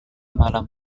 malam